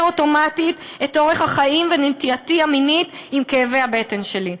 אוטומטית את אורח החיים ואת נטייתי המינית עם כאבי הבטן שלי.